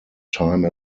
time